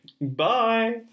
Bye